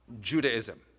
Judaism